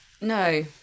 No